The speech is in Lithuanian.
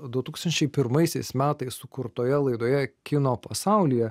du tūkstančiai pirmaisiais metais sukurtoje laidoje kino pasaulyje